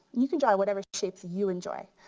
you can draw whatever shapes you enjoy.